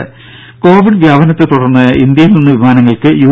ദേദ കോവിഡ് വ്യാപനത്തെത്തുടർന്ന് ഇന്ത്യയിൽനിന്ന് വിമാനങ്ങൾക്ക് യു